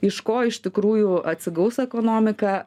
iš ko iš tikrųjų atsigaus ekonomika